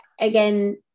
Again